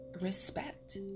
respect